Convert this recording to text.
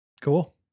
Cool